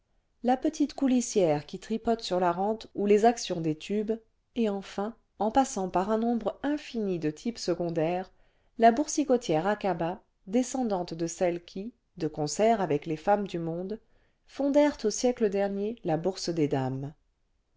la petite coulissière qui tripote sur la rente ou les actions des tubes et enfin en passant par un nombre infini de types secondaires la boursicotière à cabas descendante de celles qui de concert avec les femmes du monde fondèrent au siècle dernier la bourse des dames